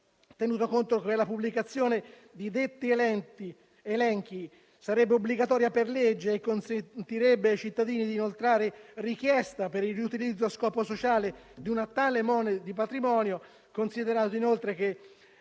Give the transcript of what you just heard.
Tenuto conto che la pubblicazione di detti elenchi sarebbe obbligatoria per legge e consentirebbe ai cittadini di inoltrare richiesta per il riutilizzo a scopo sociale di una tale mole di patrimonio; considerato inoltre che